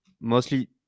mostly